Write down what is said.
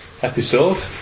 Episode